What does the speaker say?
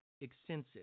extensive